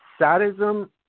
Sadism